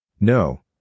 No